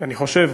אני חושב,